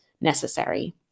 necessary